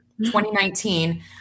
2019